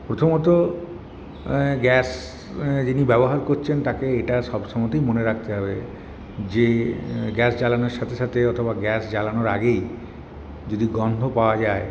প্রথমত গ্যাস যিনি ব্যবহার করছেন তাকে এটা সবসময়ই মনে রাখতে হবে যে গ্যাস জ্বালানোর সাথে সাথে অথবা গ্যাস জ্বালানোর আগেই যদি গন্ধ পাওয়া যায়